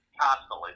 constantly